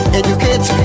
educate